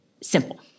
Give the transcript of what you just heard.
simple